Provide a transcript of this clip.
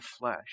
flesh